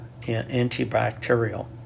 antibacterial